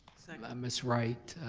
second. miss wright.